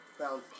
found